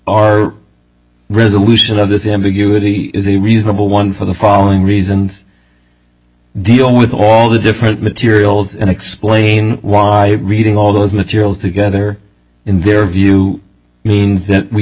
our resolution of this ambiguity is a reasonable one for the following reasons deal with all the different materials and explain why reading all those materials together in their view means that we